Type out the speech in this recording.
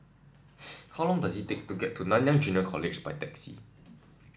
how long does it take to get to Nanyang Junior College by taxi